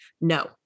no